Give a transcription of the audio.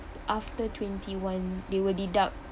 after twenty one they will deduct